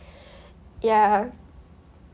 ya